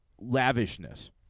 lavishness